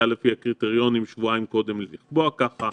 לפי הקריטריונים שבועיים קודם לקבוע כך.